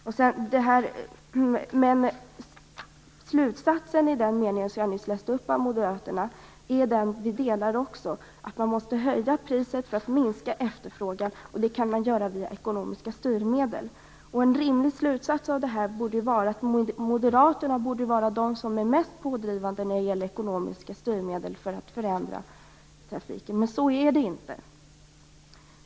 Vi delar också slutsatsen i den mening av Moderaterna som jag läste upp. Man måste höja priset för att minska efterfrågan, och det kan man göra via ekonomiska styrmedel. En rimlig slutsats av detta är att Moderaterna borde vara de som är mest pådrivande när det gäller ekonomiska styrmedel för att förändra trafiken, men så är det inte.